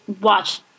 watch